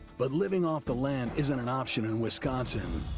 but living off the land isn't an option in wisconsin.